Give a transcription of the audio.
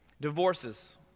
divorces